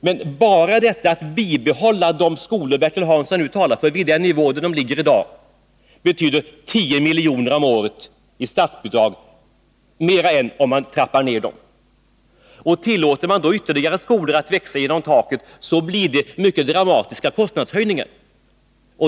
Men t.ex. att bibehålla de skolor Bertil Hansson talar för vid den nivå där de ligger i dag betyder tio miljoner mer om året i statsbidrag än om man trappar ner dem. Tillåter vi ytterligare ett antal skolor att växa genom taket, blir det mycket dramatiska kostnadshöjningar.